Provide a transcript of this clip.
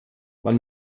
man